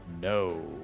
No